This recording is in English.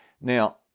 Now